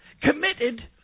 committed